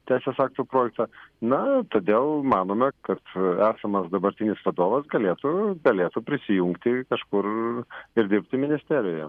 teisės aktų projektą na todėl manome kad esamas dabartinis vadovas galėtų galėtų prisijungti kažkur ir dirbti ministerijoje